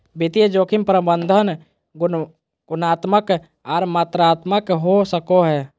वित्तीय जोखिम प्रबंधन गुणात्मक आर मात्रात्मक हो सको हय